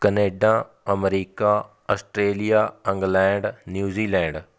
Canada America Australia England New Zealand